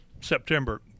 September